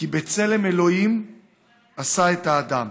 "כי בצלם אלהים עשה את האדם".